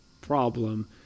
problem